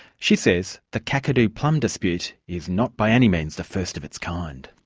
she says the kakadu plum dispute is not by any means the first of its kind.